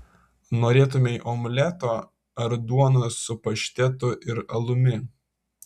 norėtumei omleto ar duonos su paštetu ir alumi